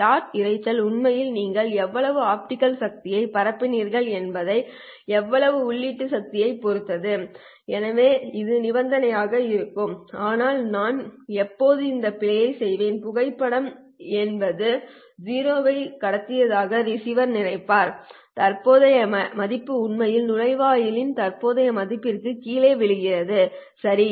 shot இரைச்சல் உண்மையில் நீங்கள் எவ்வளவு ஆப்டிகல் சக்தியைப் பரப்பினீர்கள் என்பதற்கு எவ்வளவு உள்ளீட்டு சக்தியைப் பொறுத்தது எனவே இது நிபந்தனையாக இருக்கும் ஆனால் நான் எப்போது இந்த பிழையைச் செய்வேன் புகைப்படம் எப்போது 0 ஐ கடத்தியதாக ரிசீவர் நினைப்பார் தற்போதைய மதிப்பு உண்மையில் நுழைவாயிலின் தற்போதைய மதிப்பிற்குக் கீழே விழுகிறது சரி